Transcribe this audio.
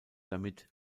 damit